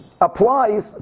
applies